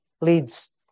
leads